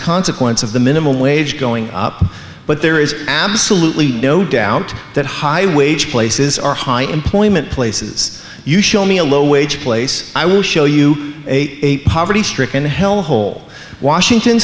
consequence of the minimum wage going up but there is absolutely no doubt that high wage places are high employment places you show me a low wage place i will show you a poverty stricken hellhole washington